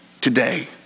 today